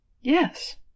Yes